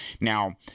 Now